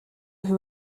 who